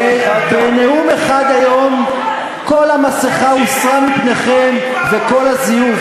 בנאום אחד היום כל המסכה הוסרה מפניכם וכל הזיוף.